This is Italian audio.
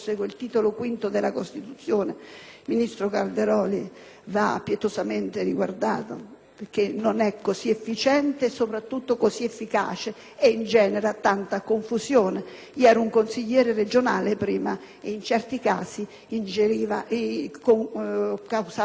ministro Calderoli, va pietosamente rivisto, perché non è così efficiente, né soprattutto efficace ed ingenera molta confusione: da ex consigliere regionale posso dire che in certi casi causava anche paralisi nelle scelte,